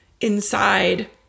inside